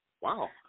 Wow